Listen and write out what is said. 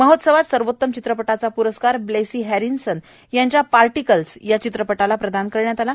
महोत्सवात सर्वोत्तम चित्रपटाचा प्रस्कार ब्लेसी हप्रिसन यांच्या पार्टीकन्स या चित्रपटाला प्रदान करण्यात आला